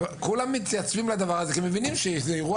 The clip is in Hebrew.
כולם מתייצבים כי מבינים שזה אירוע